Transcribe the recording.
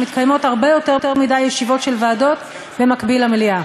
שמקיימים הרבה יותר מדי ישיבות של ועדות במקביל למליאה.